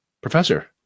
professor